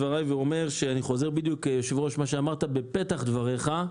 אני חוזר, אדוני היושב-ראש, למה שאמרת בפתח דבריך.